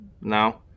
now